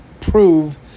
prove